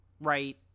right